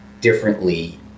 differently